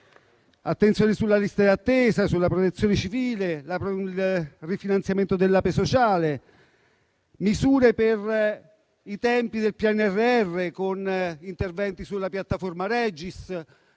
attenzione sulle liste d'attesa, sulla protezione civile, sul rifinanziamento dell'APE sociale. Sono state previste misure per i tempi del PNRR con interventi sulla piattaforma Regis.